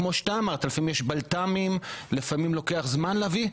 כמו שאתה אמרת שלפעמים יש בלת"מים ושלפעמים לוקח זמן להביא,